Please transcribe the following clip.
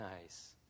nice